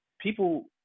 people